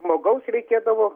žmogaus reikėdavo